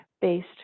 based